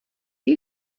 you